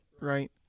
Right